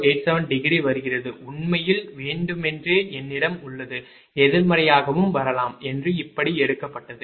087 degree வருகிறது உண்மையில் வேண்டுமென்றே என்னிடம் உள்ளது எதிர்மறையாகவும் வரலாம் என்று இப்படி எடுக்கப்பட்டது